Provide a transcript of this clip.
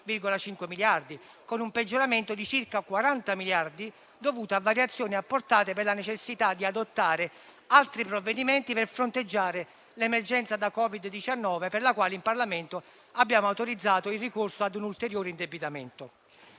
con un peggioramento di circa 40 miliardi dovuto alle variazioni apportate per la necessità di adottare altri provvedimenti volti a fronteggiare l'emergenza da Covid-19, per la quale in Parlamento abbiamo autorizzato il ricorso a un ulteriore indebitamento.